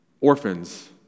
orphans